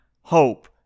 hope